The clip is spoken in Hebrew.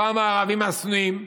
פעם הערבים שנואים,